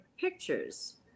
pictures